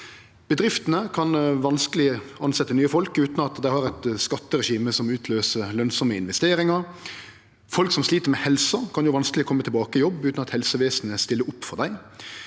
Bedriftene kan vanskeleg tilsetje nye folk utan at dei har eit skatteregime som utløyser lønsame investeringar. Folk som slit med helsa, kan ha vanskeleg for å kome tilbake i jobb utan at helsevesenet stiller opp for dei.